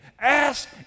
ask